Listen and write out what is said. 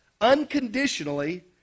unconditionally